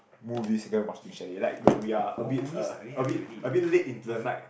movies and then watch in chalet like when we are a bit uh a bit a bit late into the night